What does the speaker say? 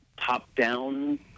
top-down